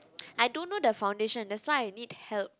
I don't know the foundation that's why I need help